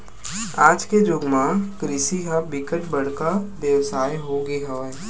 आज के जुग म कृषि ह बिकट बड़का बेवसाय हो गे हवय